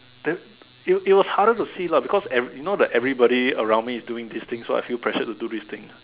then it it was harder to see lah because e~ you know that everybody around me is doing this thing so I feel pressured to do this thing